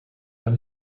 kann